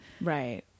right